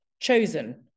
chosen